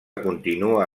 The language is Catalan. continua